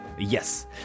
Yes